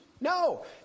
No